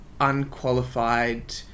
unqualified